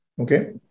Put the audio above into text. Okay